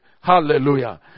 Hallelujah